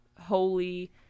holy